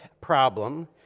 problem